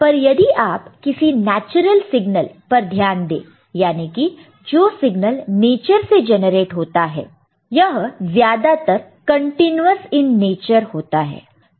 पर यदि आप किसी नेचुरल सिग्नल पर ध्यान दें याने कि जो सिग्नल नेचर से जनरेट होता है यह ज्यादातर कन्टिन्युअस् इन नेचर होता है